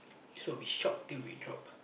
so we shop till we drop